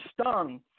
stung